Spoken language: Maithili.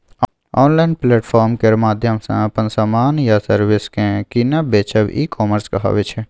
आँनलाइन प्लेटफार्म केर माध्यमसँ अपन समान या सर्विस केँ कीनब बेचब ई कामर्स कहाबै छै